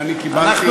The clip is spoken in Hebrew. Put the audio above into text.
אני קיבלתי מנדט,